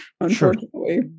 unfortunately